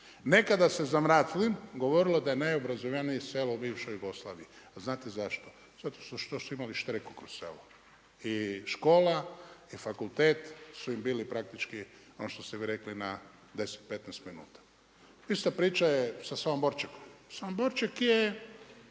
Nekada se za Mraclin govorilo da je najobrazovanije selo u bivšoj Jugoslaviji, a znate zašto? Zato što su imali štreku kroz selo. I kola i fakultet su im bili praktički, ono što ste vi rekli, na 10, 15 minuta. Ista priča je i sa Samoborčekom. Samoborček je